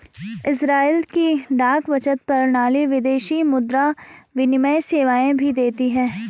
Israel की डाक बचत प्रणाली विदेशी मुद्रा विनिमय सेवाएं भी देती है